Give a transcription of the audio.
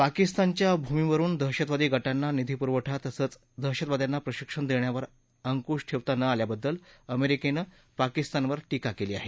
पाकिस्तानच्या भूमीवरुन दहशतवादी गटांना निधीपुरवठा तसंच दहशतवाद्यांना प्रशिक्षण देण्यावर संकुश ठेवता न आल्याबद्दल अमेरिकेनं पाकिस्तानवर टिका केली आहे